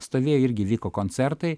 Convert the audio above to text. stovėjo irgi vyko koncertai